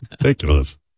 Ridiculous